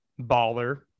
Baller